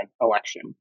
election